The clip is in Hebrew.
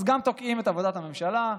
אז גם תוקעים את עבודת הממשלה,